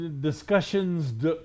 discussions